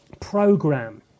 program